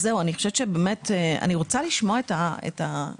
אני רוצה לשמוע את המומחים.